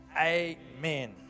Amen